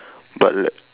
but l~